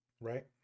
right